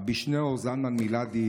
ר' שניאור זלמן מלאדי,